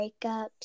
breakups